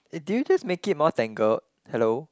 eh did you just make it more tangled hello